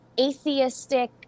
atheistic